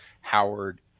Howard